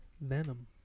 Venom